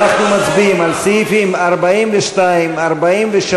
אנחנו מצביעים על סעיפים 42 ו-43,